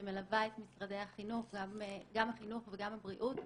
שמלווה את משרדי גם החינוך וגם הבריאות.